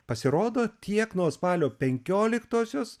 pasirodo tiek nuo spalio penkioliktosios